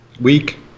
week